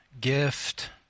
gift